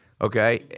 okay